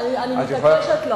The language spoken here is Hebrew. אני מתעקשת,